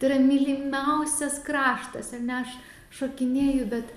yra mylimiausias kraštas ar ne aš šokinėju bet